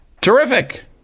Terrific